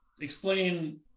explain